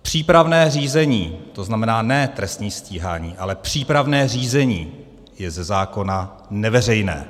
Přípravné řízení, to znamená ne trestní stíhání, ale přípravné řízení je ze zákona neveřejné.